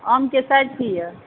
आमके साइज की यए